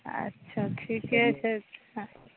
अच्छा ठीके छै